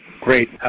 Great